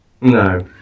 No